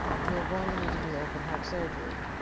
we're going to need to do open heart surgery.